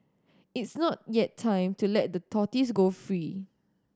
it's not yet time to let the tortoise go free